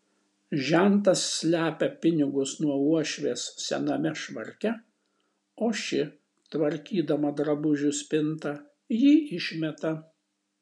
žentas slepia pinigus nuo uošvės sename švarke o ši tvarkydama drabužių spintą jį išmeta